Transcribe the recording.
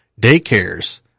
daycares